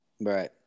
Right